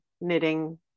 knitting